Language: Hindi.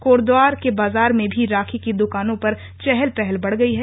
कोटद्वार के बाजारों में भी राखी की दुकानों पर चहल पहल बढ़ गई है